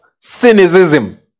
cynicism